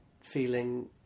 feeling